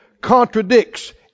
contradicts